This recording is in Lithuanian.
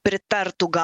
pritartų gal